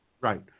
Right